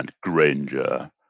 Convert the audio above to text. Granger